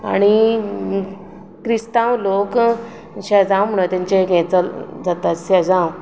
आनी क्रिस्तांव लोक सेजांव म्हूण तेंचे एक ये चलता सेजांव